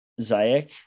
Zayek